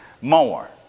more